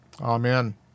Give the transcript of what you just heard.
Amen